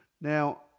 Now